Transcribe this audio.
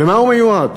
למה הוא מיועד?